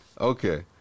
Okay